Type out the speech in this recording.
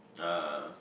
ah